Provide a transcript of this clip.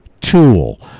tool